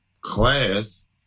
class